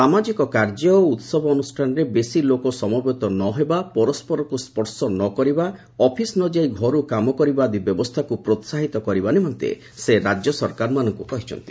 ସାମାଜିକ କାର୍ଯ୍ୟ ଓ ଉତ୍ସବାନୁଷ୍ଠାନରେ ବେଶି ଲୋକ ସମବେତ ନ ହେବା ପରସ୍କରକ୍ତ ସ୍ୱର୍ଶ ନ କରିବା ଅଫିସ ନ ଯାଇ ଘର୍ କାମ କରିବା ଆଦି ବ୍ୟବସ୍ଥାକ୍ର ପ୍ରୋହାହିତ କରିବା ନିମନ୍ତେ ସେ ରାଜ୍ୟ ସରକାରମାନଙ୍କୁ କହିଚ୍ଛନ୍ତି